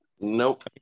nope